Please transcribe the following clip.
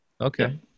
Okay